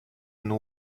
and